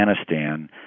Afghanistan